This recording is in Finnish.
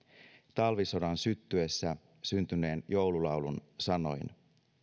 talvisodan syttyessä syntyneen joululaulun sanoin